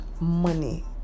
money